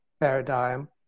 paradigm